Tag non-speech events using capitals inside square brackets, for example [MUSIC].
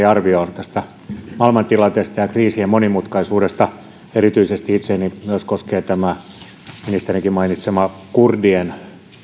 [UNINTELLIGIBLE] arvioon maailman tilanteesta ja kriisien monimutkaisuudesta myös itseeni erityisesti koskee tämä ministerinkin mainitsema kurdien